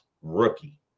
Rookie